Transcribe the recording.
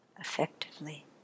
effectively